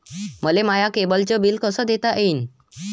मले माया केबलचं बिल कस देता येईन?